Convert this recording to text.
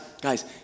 guys